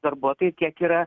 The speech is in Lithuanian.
darbuotojai tiek yra